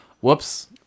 whoops